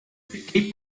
cape